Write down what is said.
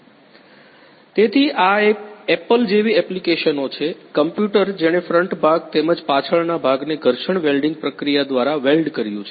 vlcsnap 2019 04 26 23h34m40s051 તેથી આ Apple જેવી એપ્લિકેશનો છે કમ્પ્યુટર જેણે ફ્રન્ટ ભાગ તેમજ પાછળના ભાગને ઘર્ષણ વેલડિંગ પ્રક્રિયા દ્વારા વેલ્ડ કર્યું છે